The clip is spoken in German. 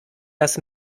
das